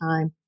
time